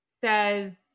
says